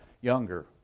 younger